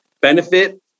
benefit